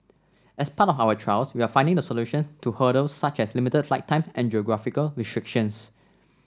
as part of our trials we are finding the solutions to hurdles such as limited flight times and geographical restrictions